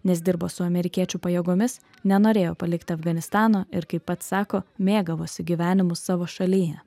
nes dirbo su amerikiečių pajėgomis nenorėjo palikti afganistano ir kaip pats sako mėgavosi gyvenimu savo šalyje